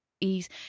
ease